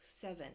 seven